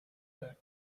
that